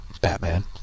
Batman